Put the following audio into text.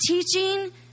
teaching